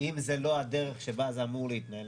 אם זה לא הדרך שבה זה אמור להתנהל,